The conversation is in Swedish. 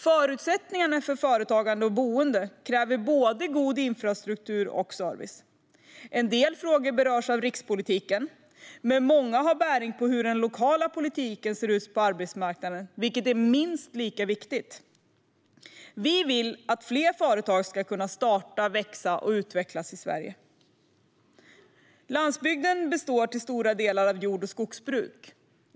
Förutsättningarna för företagande och boende kräver både god infrastruktur och service. En del frågor berörs av rikspolitiken, men många har bäring på hur den lokala politiken ser på arbetsmarknaden, vilket är minst lika viktigt. Vi vill att fler företag ska kunna starta, växa och utvecklas i Sverige. Landsbygden består till stora delar av jord och skogsbruk.